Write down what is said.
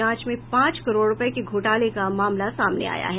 जांच में पांच करोड़ रूपये के घोटाले का मामला सामने आया है